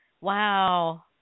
Wow